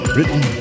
Written